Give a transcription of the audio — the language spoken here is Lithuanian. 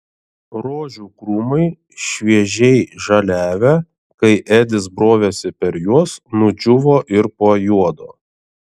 rožių krūmai šviežiai žaliavę kai edis brovėsi per juos nudžiūvo ir pajuodo